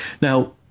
Now